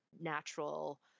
natural